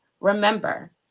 remember